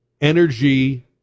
energy